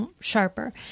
sharper